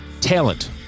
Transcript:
talent